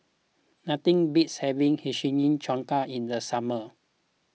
nothing beats having Hiyashi Chuka in the summer